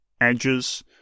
edges